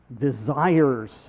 desires